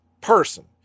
person